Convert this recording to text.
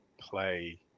play